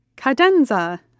Cadenza